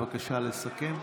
בבקשה לסכם.